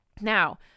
Now